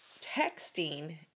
texting